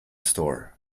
store